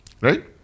Right